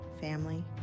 family